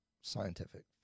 scientific